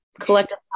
collective